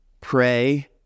Pray